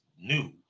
New